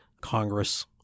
Congress